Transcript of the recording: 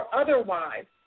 otherwise